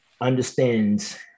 understands